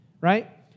right